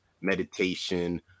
meditation